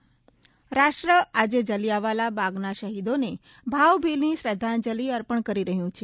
જલિયાવાલા બાગ રાષ્ટ્ર આજે જલીયાવાલા બાગના શહીદોને ભાવભીની શ્રધ્ધાંજલી અર્પણ કરી રહયું છે